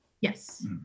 Yes